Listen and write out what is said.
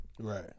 Right